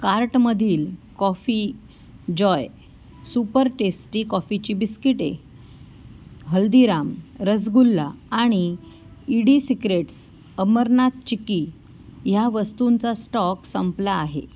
कार्टमधील coffee joy super tasty कॉफीची बिस्किटे हल्दीराम रसगुल्ला आणि ईडीसिक्रेट्स अमरनाथ चिक्की ह्या वस्तूंचा स्टॉक संपला आहे